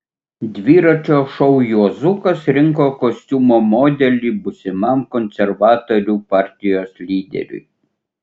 dviračio šou juozukas rinko kostiumo modelį būsimam konservatorių partijos lyderiui